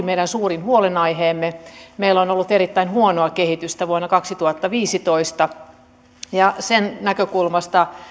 meidän suurin huolenaiheemme meillä on ollut erittäin huonoa kehitystä vuonna kaksituhattaviisitoista sen näkökulmasta